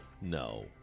No